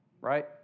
right